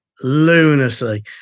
Lunacy